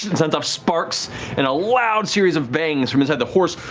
sends off sparks and a loud series of bangs from inside, the horse